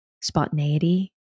spontaneity